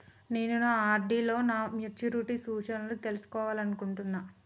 నేను నా ఆర్.డి లో నా మెచ్యూరిటీ సూచనలను తెలుసుకోవాలనుకుంటున్నా